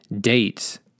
dates